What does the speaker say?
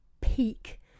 peak